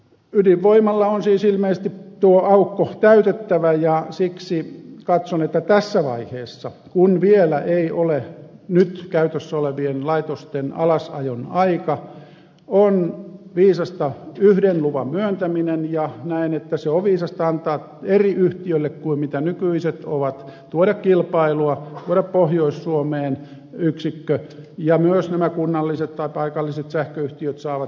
ydinvoimalla on siis ilmeisesti tuo aukko täytettävä ja siksi katson että tässä vaiheessa kun vielä ei ole nyt käytössä olevien laitosten alasajon aika on viisasta yhden luvan myöntäminen ja näen että se on viisasta antaa eri yhtiölle kuin mitä nykyiset ovat tuoda kilpailua luoda pohjois suomeen yksikkö ja myös nämä kunnalliset tai paikalliset sähköyhtiöt saavat siinä sähköä